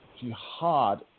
jihad